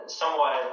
somewhat